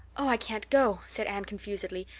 oh, i can't go, said anne confusedly.